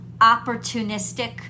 opportunistic